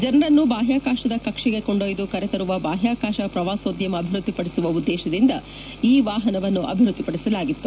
ಜನರನ್ನು ಬಾಹ್ಯಾಕಾಶದ ಕಕ್ಷೆಗೆ ಕೊಂಡೊಯ್ದು ಕರೆತರುವ ಬಾಹ್ಯಾಕಾಶ ಪ್ರವಾಸೋದ್ಯಮ ಅಭಿವೃದ್ಧಿಪಡಿಸುವ ಉದ್ದೇಶದಿಂದ ಈ ವಾಹನವನ್ನು ಅಭಿವೃದ್ದಿಪದಿಸಲಾಗಿತ್ತು